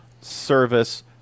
service